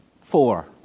four